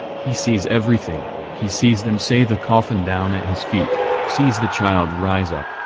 he sees everything he sees them se the coffin down at his feet, sees the child rise up,